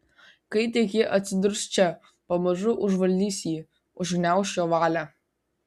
kai tik ji atsidurs čia pamažu užvaldys jį užgniauš jo valią